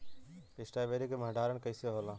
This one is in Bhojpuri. स्ट्रॉबेरी के भंडारन कइसे होला?